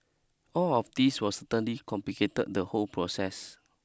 all of these will certainly complicated the whole process